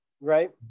right